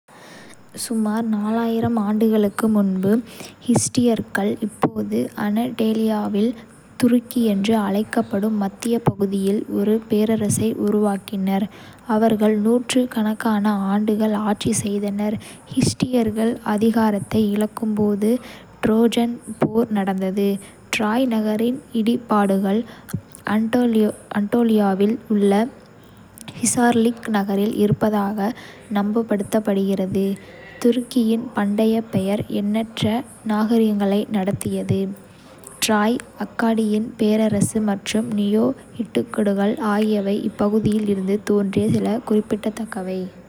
சுமார் 4,000 ஆண்டுகளுக்கு முன்பு, ஹிட்டியர்கள் இப்போது அனடோலியாவில் துருக்கி என்று அழைக்கப்படும் மத்தியப் பகுதியில் ஒரு பேரரசை உருவாக்கினர். அவர்கள் நூற்றுக்கணக்கான ஆண்டுகள் ஆட்சி செய்தனர். ஹிட்டியர்கள் அதிகாரத்தை இழக்கும் போது ட்ரோஜன் போர் நடந்தது. டிராய் நகரின் இடிபாடுகள் அனடோலியாவில் உள்ள ஹிசார்லிக் நகரில் இருப்பதாக நம்பப்படுகிறது.துருக்கியின் பண்டைய பெயர், எண்ணற்ற நாகரிகங்களை நடத்தியது. டிராய், அக்காடியன் பேரரசு மற்றும் நியோ-ஹிட்டிட்டுகள் ஆகியவை இப்பகுதியில் இருந்து தோன்றிய சில குறிப்பிடத்தக்கவை.